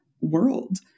world